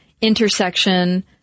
intersection